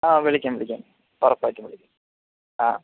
ആ വിളിക്കാം വിളിക്കാം ഉറപ്പായിട്ടും വിളിക്കാം ആ